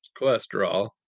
cholesterol